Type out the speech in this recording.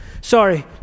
Sorry